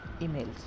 Emails